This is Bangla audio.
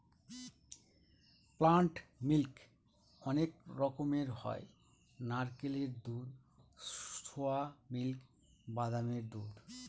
প্লান্ট মিল্ক অনেক রকমের হয় নারকেলের দুধ, সোয়া মিল্ক, বাদামের দুধ